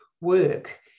work